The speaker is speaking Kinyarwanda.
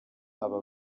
aba